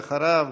ואחריו,